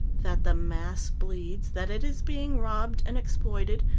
that the mass bleeds, that it is being robbed and exploited,